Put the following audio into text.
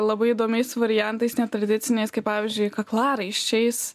labai įdomiais variantais netradiciniais kaip pavyzdžiui kaklaraiščiais